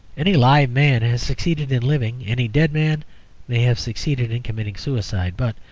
any live man has succeeded in living any dead man may have succeeded in committing suicide. but,